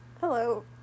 Hello